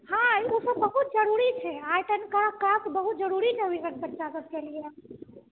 हँ ई सब तऽ बहुत जरुरी छै क्लास बहुत जरुरी छै